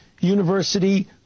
university